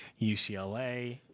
UCLA